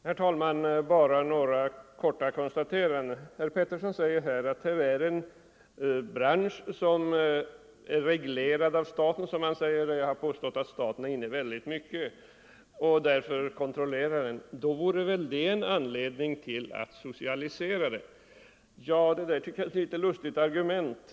Herr talman! Bara några korta påpekanden! Herr Pettersson i Västerås säger att läkemedelsindustrin än en bransch som är reglerad av staten. Han påstår att jag har sagt att staten har intressen i branschen och därför kontrollerar den, och att detta väl är en anledning till att socialisera den. Det tycker jag är ett litet lustigt argument.